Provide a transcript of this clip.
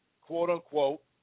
quote-unquote